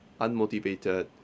unmotivated